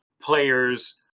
players